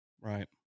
Right